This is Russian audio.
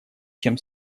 чем